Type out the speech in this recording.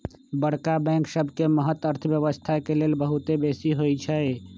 बड़का बैंक सबके महत्त अर्थव्यवस्था के लेल बहुत बेशी होइ छइ